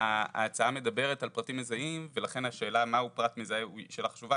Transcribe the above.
ההצעה מדברת על פרטים מזהים ולכן השאלה מהו פרט מזהה היא שאלה חשובה,